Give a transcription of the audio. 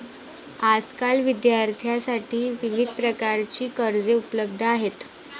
आजकाल विद्यार्थ्यांसाठी विविध प्रकारची कर्जे उपलब्ध आहेत